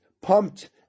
pumped